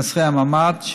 חסרי המעמד,